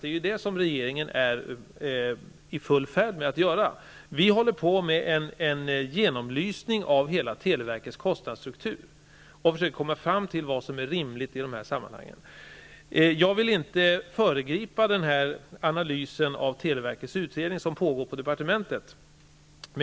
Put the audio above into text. Det är vad regeringen är i full färd med att göra. Vi håller på med en genomlysning av televerkets hela kostnadsstruktur och försöker komma fram till vad som är rimligt. Jag vill inte föregripa den analys av televerkets kostnadsstruktur som pågår inom departementet.